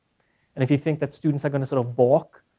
and if you think that students are gonna sort of balk,